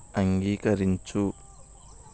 అంగీకరించు